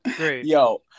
Yo